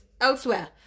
elsewhere